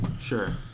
Sure